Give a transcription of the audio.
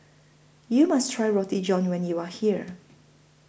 YOU must Try Roti John when YOU Are here